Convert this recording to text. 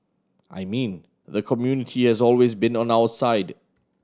I mean the community has always been on our side